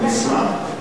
נשמח,